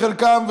חלקם,